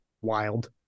wild